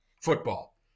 football